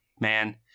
man